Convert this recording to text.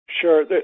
Sure